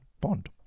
Bond